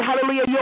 hallelujah